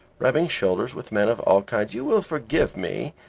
rubbing shoulders with men of all kinds you will forgive me,